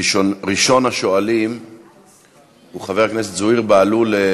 ראשון השואלים הוא חבר הכנסת זוהיר בהלול,